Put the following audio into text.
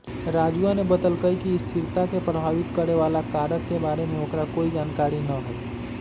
राजूवा ने बतल कई कि स्थिरता के प्रभावित करे वाला कारक के बारे में ओकरा कोई जानकारी ना हई